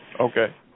Okay